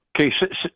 Okay